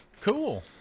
Cool